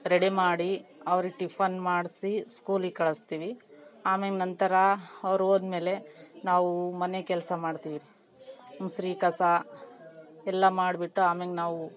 ready ಮಾಡಿ ಅವ್ರಿಗೆ tiffin ಮಾಡಿಸಿ ಸ್ಕೂಲಿಗೆ ಕಳಿಸ್ತೀವಿ ಅಮೇಲೆ ನಂತರ ಅವ್ರು ಹೋದ್ಮೇಲೆ ನಾವೂ ಮನೆ ಕೆಲಸ ಮಾಡ್ತೀವಿ ಮುಸುರೆ ಕಸ ಎಲ್ಲ ಮಾಡಿಬಿಟ್ಟು ಆಮೇಲೆ ನಾವು